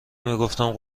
میگفتم